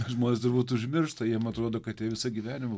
žmonės turbūt užmiršta jiem atrodo kad jie visą gyvenimą